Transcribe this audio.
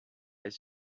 est